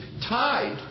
tied